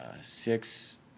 six